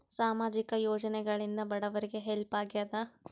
ಸಾಮಾಜಿಕ ಯೋಜನೆಗಳಿಂದ ಬಡವರಿಗೆ ಹೆಲ್ಪ್ ಆಗ್ಯಾದ?